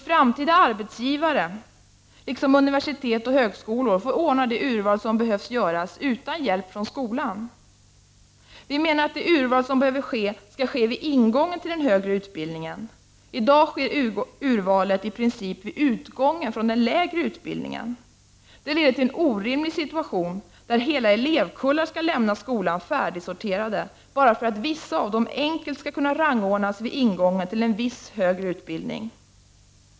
Framtida arbetsgivare, liksom universitet och högskolor får ordna det urval som behöver göras utan hjälp från skolan. Vi menar att det urval som behöver ske skall ske vid ingången till den högre utbildningen. I dag sker urvalet vid utgången från den lägre utbildningen. Det leder till en orimlig situation där hela elevkullar skall lämna skolan färdigsorterade bara för att vissa av dem enkelt skall kunna rangordnas vid ingången till en viss högre utbildning.